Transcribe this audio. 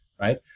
right